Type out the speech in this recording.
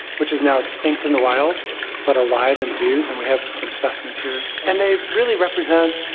which is now extinct in the wild but alive in zoos, and we have some specimens here. and they really represent,